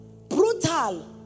brutal